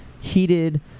heated